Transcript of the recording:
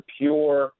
pure